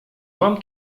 mam